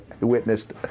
witnessed